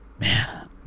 man